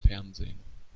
fernsehen